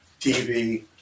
TV